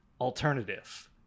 alternative